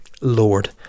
lord